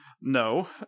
No